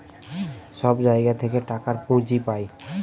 সব জায়গা থেকে টাকার পুঁজি পাই